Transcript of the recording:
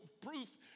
proof